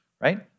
right